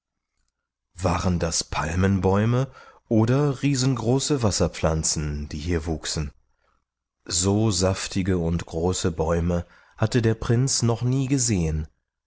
waren das palmenbäume oder riesengroße wasserpflanzen die hier wuchsen so saftige und große bäume hatte der prinz noch nie gesehen